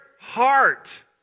Heart